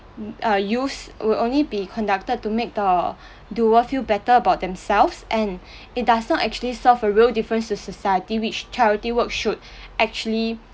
err use will only be conducted to make the doer feel better about themselves and it does not actually solve a real difference to society which charity work should actually